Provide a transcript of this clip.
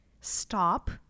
stop